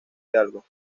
hidalgo